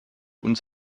uns